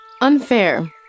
Unfair